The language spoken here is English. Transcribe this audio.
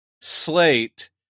slate